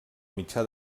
mitjà